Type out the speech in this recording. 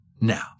Now